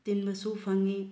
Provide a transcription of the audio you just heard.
ꯇꯤꯟꯕꯁꯨ ꯐꯪꯉꯤ